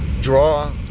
draw